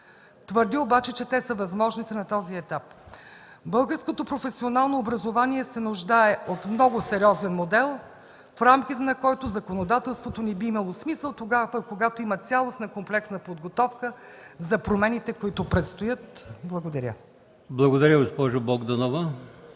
Твърдя обаче, че те са възможните на този етап. Българското професионално образование се нуждае от много сериозен модел, в рамките на който законодателството ни би имало смисъл, когато има цялостна комплексна подготовка за промените, които предстоят. Благодаря. ПРЕДСЕДАТЕЛ АЛИОСМАН